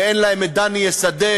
אין להם את "דני יסדר".